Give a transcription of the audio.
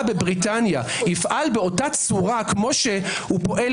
בבריטניה יפעל באותה צורה כמו שפועל